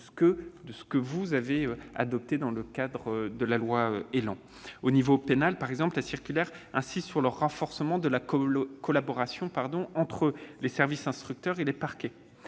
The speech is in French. que vous avez adoptées dans le cadre de la loi ÉLAN. Sur le plan pénal, par exemple, la circulaire insiste sur le renforcement de la collaboration entre les services instructeurs et les parquets.